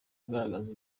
ugaragaza